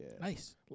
Nice